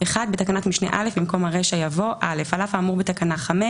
(1) בתקנת משנה (א) במקום הרישה יבוא: "(א) אל אף האמור בתקנה 5"